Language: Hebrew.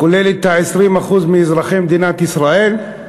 כולל 20% מאזרחי מדינת ישראל?